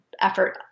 effort